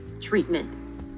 treatment